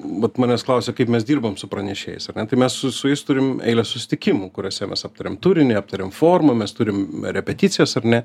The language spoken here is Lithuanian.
vat manęs klausia kaip mes dirbam su pranešėjais tai mes su su jais turim eilę susitikimų kuriuose mes aptariam turinį aptariam formą mes turim repeticijas ar ne